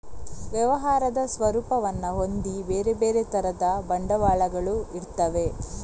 ವ್ಯವಹಾರದ ಸ್ವರೂಪವನ್ನ ಹೊಂದಿ ಬೇರೆ ಬೇರೆ ತರದ ಬಂಡವಾಳಗಳು ಇರ್ತವೆ